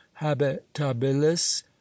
habitabilis